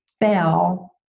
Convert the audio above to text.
fell